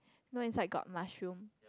no inside got mushroom